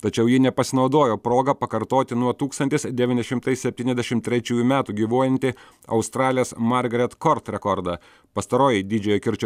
tačiau ji nepasinaudojo proga pakartoti nuo tūkstantis devyni šimtai septyniasdešim trečiųjų metų gyvuojantį australės margaret kort rekordą pastaroji didžiojo kirčio